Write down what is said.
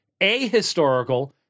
ahistorical